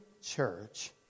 church